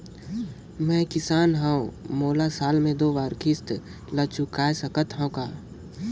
मैं किसान हव मोला साल मे दो बार किस्त ल चुकाय सकत हव का?